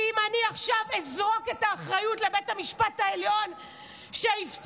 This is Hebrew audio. ואם אני עכשיו אזרוק את האחריות לבית המשפט העליון שיפסול,